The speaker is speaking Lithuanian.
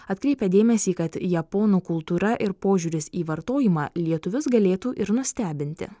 atkreipia dėmesį kad japonų kultūra ir požiūris į vartojimą lietuvius galėtų ir nustebinti